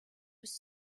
was